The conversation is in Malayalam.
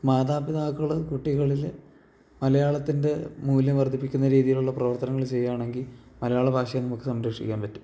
മാതാപിതാക്കള് കുട്ടികളില് മലയാളത്തിൻ്റെ മൂല്യം വർധിപ്പിക്കുന്ന രീതിയിലുള്ള പ്രവർത്തനങ്ങൾ ചെയ്യുകയാണെങ്കിൽ മലയാള ഭാഷയെ നമുക്ക് സംരക്ഷിക്കാൻ പറ്റും